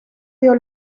dio